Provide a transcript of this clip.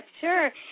sure